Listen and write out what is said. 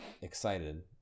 excited